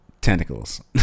Tentacles